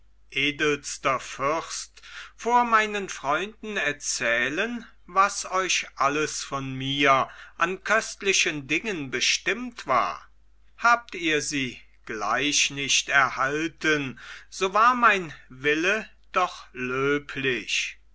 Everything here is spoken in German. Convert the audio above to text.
vor meinen freunden erzählen was euch alles von mir an köstlichen dingen bestimmt war habt ihr sie gleich nicht erhalten so war mein wille doch löblich